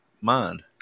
mind